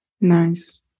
Nice